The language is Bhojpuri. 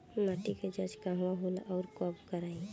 माटी क जांच कहाँ होला अउर कब कराई?